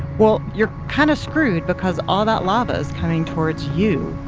well, you're kind of screwed because all that lava is coming towards you.